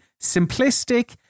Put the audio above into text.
simplistic